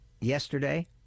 yesterday